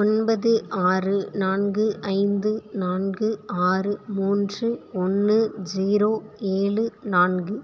ஒன்பது ஆறு நான்கு ஐந்து நான்கு ஆறு மூன்று ஒன்று ஜீரோ ஏழு நான்கு